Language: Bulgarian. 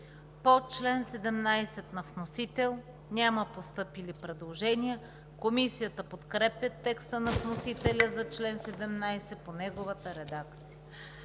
По чл. 36 на вносител няма постъпили предложения. Комисията подкрепя текста на вносителя за чл. 36 в редакция